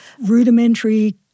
rudimentary